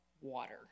water